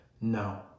no